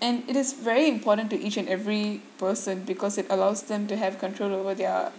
and it is very important to each and every person because it allows them to have control over their